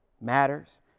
matters